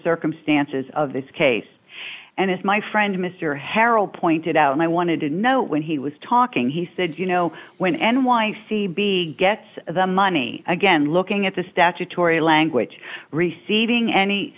circumstances of this case and as my friend mr harrell pointed out and i wanted to know when he was talking he said you know when n y c b gets the money again looking at the statutory language receiving any